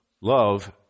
love